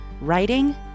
writing